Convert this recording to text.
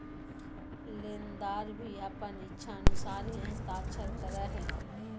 लेनदार भी अपन इच्छानुसार ही हस्ताक्षर करा हइ